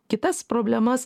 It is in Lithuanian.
kitas problemas